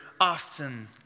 often